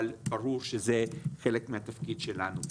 אבל ברור שזה חלק מהתפקיד שלנו.